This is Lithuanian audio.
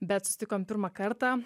bet susitikom pirmą kartą